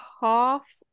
half